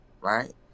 Right